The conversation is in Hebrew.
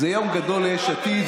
זה יום גדול ליש עתיד.